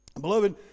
Beloved